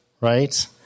right